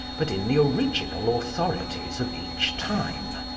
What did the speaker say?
but in the original authorities of each time,